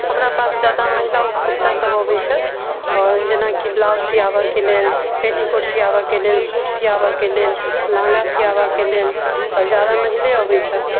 हमरा पास जादा महिला उपभोक्ता सब अबै छथि आओर जेनाकि ब्लाउज सियाबऽ के लेल पेटीकोट सियाबऽ के लेल सूट सियाबऽ के लेल लहँगा सियाबऽ के लेल तऽ जादा महिले अबै छथि